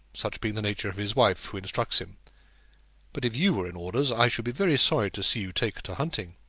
such being the nature of his wife, who instructs him but if you were in orders i should be very sorry to see you take to hunting.